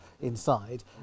inside